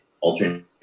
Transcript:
alternate